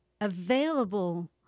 available